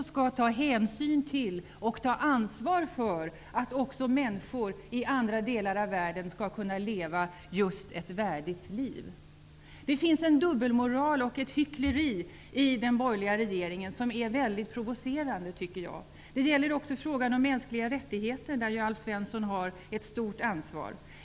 Den skall även ta hänsyn till och ansvar för att människor i andra delar av världen skall kunna leva ett värdigt liv. Det finns en dubbelmoral och ett hyckleri i den borgerliga regeringen som är väldigt provocerande, tycker jag. Det gäller även frågan om mänskliga rättigheter, där ju Alf Svensson har ett stort ansvar.